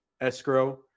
escrow